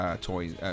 toys